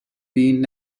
been